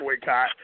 boycott